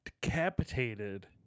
decapitated